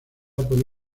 puede